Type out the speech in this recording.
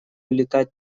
летать